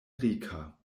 rika